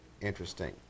interesting